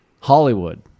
Hollywood